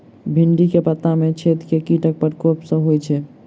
भिन्डी केँ पत्ता मे छेद केँ कीटक प्रकोप सऽ होइ छै?